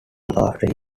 after